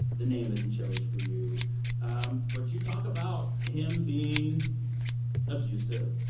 the name that he chose for you um but you talk about him being abusive,